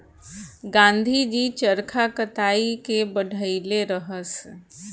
गाँधी जी चरखा कताई के बढ़इले रहस